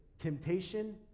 Temptation